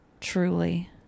truly